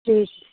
ठीक